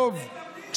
מקבלים, אבל נאבקים בכם.